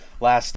last